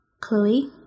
chloe